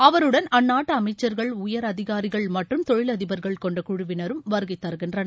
அவருடன் அந்நாட்டு அமைச்சர்கள் உயர் அதிகாரிகள் மற்றும் தொழிலதிபர்கள் கொண்ட குழுவினரும் வருகை தருகின்றனர்